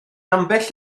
ambell